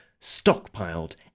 stockpiled